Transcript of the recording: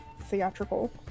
theatrical